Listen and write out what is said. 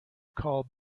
called